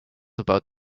about